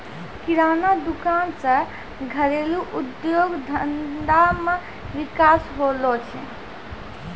किराना दुकान से घरेलू उद्योग धंधा मे विकास होलो छै